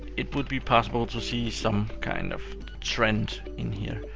it would be possible to see some kind of trend in here,